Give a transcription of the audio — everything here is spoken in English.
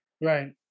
Right